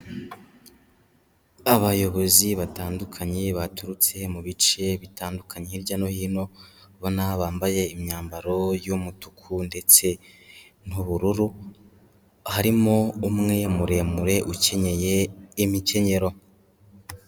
Abayobozi batandukanye baturutse mu bice bitandukanye hirya no hino, ubona bambaye imyambaro y'umutuku ndetse n'ubururu harimo umwe muremure ukenyeye imikenyero.